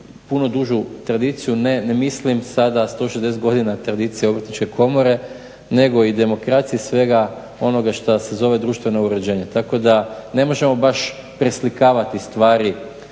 puno dužu tradiciju, ne mislim sada 160 godina tradicije Obrtničke komore nego i demokracije i svega onoga što se zove društveno uređenje tako da ne možemo baš preslikavati stvari